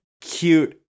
cute